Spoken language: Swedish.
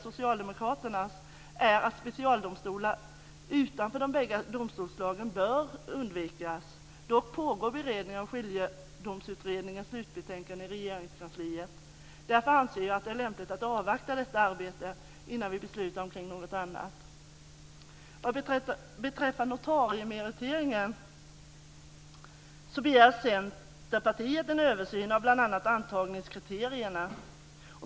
Socialdemokraternas, är att specialdomstolar utanför de bägge domstolsslagen bör undvikas. Dock pågår beredningen av Skiljedomsutredningens slutbetänkande i Regeringskansliet. Därför anser jag att det är lämpligt att avvakta detta arbete innan vi beslutar omkring något annat. Vad beträffar notariemeritering begär Centerpartiet en översyn av bl.a. antagningskriterierna.